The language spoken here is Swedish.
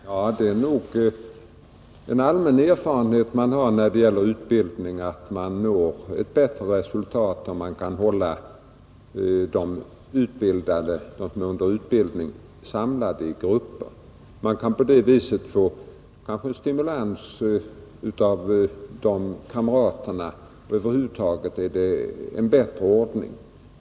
Fru talman! Det är nog en allmän erfarenhet vid utbildning att man når ett bättre resultat om man kan hålla dem som är under utbildning samlade i grupper. Den studerande kan på det viset få stimulans av kamrater, och över huvud taget är det en bättre ordning.